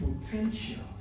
potential